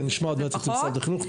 נשמע עוד מעט את משרד החינוך.